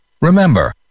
Remember